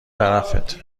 طرفت